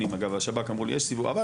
יש סיווג בפנים, אגב.